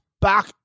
back